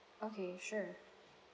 okay sure